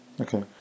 Okay